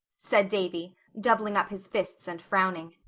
said davy, doubling up his fists and frowning.